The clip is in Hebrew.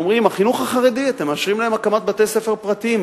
אומרים: בחינוך החרדי אתם מאשרים להם הקמת בתי-ספר פרטיים,